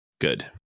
Good